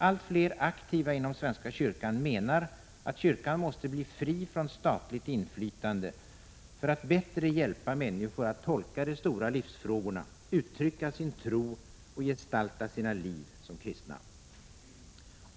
Allt fler aktiva inom svenska kyrkan menar att kyrkan måste bli fri från statligt inflytande för att bättre hjälpa människor att tolka de stora livsfrågorna, uttrycka sin tro och gestalta sina liv som kristna.